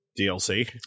DLC